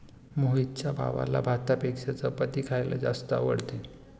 मोहितच्या भावाला भातापेक्षा चपाती खायला जास्त आवडते